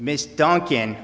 miss duncan